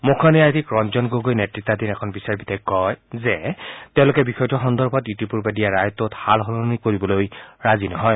মুখ্য ন্যায়াধীশ ৰঞ্জন গগৈ নেত়তাধীন এখন বিচাৰপীঠে কয় যে তেওঁলোকে বিষয়টো সন্দৰ্ভত ইতিপূৰ্বে দিয়া ৰায়টোত সাল সলনি কৰিবলৈ ৰাজি নহয়